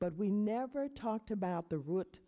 but we never talked about the root